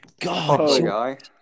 god